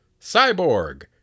Cyborg